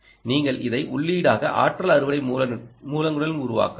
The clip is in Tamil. நீங்கள் இதை உள்ளீடாக ஆற்றல் அறுவடை மூலங்களுடன் உருவாக்கலாம்